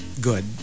good